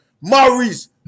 Maurice